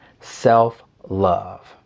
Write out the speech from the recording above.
self-love